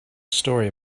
story